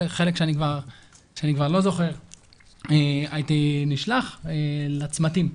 חלק שאני כבר לא זוכר - הייתי נשלח לצמתים.